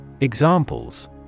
Examples